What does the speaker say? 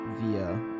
via